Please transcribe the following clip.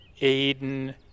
Aiden